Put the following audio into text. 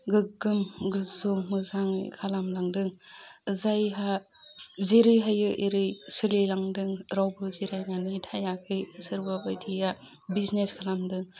गोगोम गोसो मोजाङै खालामलांदों जायहा जेरै हायै एरै सोलिलांदों रावबो जिरायनानै थायाखै सोरबा बायदिया बिजिनेस खालामदों